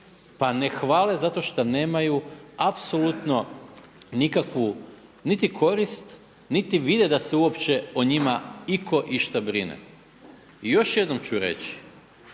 Pa ne hvale zato što nemaju apsolutno nikakvu niti korist, niti vide da se uopće o njima iko išta brine. I još jednom ću reći,